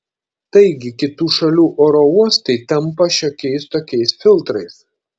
taigi kitų šalių oro uostai tampa šiokiais tokiais filtrais